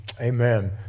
Amen